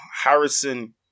Harrison